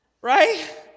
Right